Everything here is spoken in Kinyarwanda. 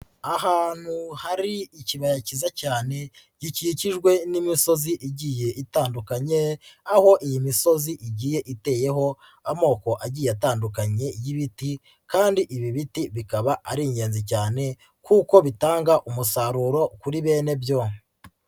Ahantu hari ikibaya cyiza cyane gikikijwe n'imisozi igiye itandukanye, aho iyi misozi igiye iteyeho amoko agiye atandukanye y'ibiti kandi ibi biti bikaba ari ingenzi cyane kuko bitanga umusaruro kuri bene byo.